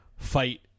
Fight